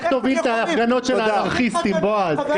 --- לך תוביל את ההפגנות של אנרכיסטים, בועז.